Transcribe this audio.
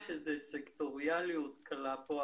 יש איזו סקטוריאלית קלה פה,